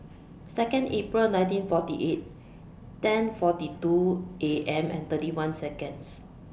Second April nineteen forty eight ten forty two A M and thirty one Seconds